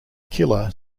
killer